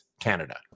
Canada